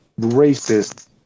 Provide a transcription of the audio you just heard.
racist